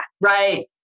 Right